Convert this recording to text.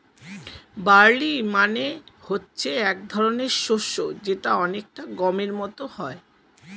barley মানে হচ্ছে এক ধরনের শস্য যেটা অনেকটা গমের মত হয়